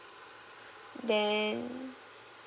then